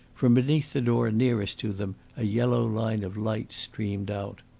from beneath the door nearest to them a yellow line of light streamed out.